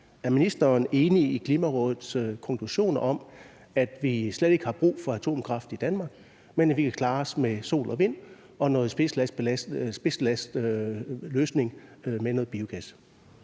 Er ministeren enig i Klimarådets konklusioner om, at vi slet ikke har brug for atomkraft i Danmark, men at vi kan klare os med sol og vind og noget spidsbelastningsløsning med noget biogas?